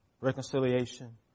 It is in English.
reconciliation